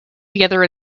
together